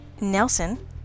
Nelson